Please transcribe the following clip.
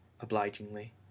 obligingly